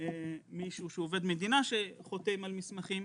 מישהו שהוא עובד מדינה שחותם על מסמכים.